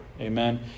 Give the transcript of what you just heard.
Amen